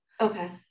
Okay